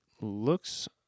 looks